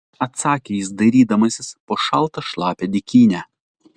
atsakė jis dairydamasis po šaltą šlapią dykynę